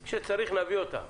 כשצריך, נביא אותם,